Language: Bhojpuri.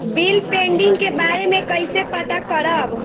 बिल पेंडींग के बारे में कईसे पता करब?